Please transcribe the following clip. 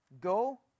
go